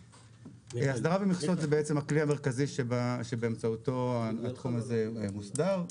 הסדרה ומכסות זה בעצם הכלי המרכזי שבאמצעותו התחום הזה מוסדר,